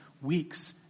weeks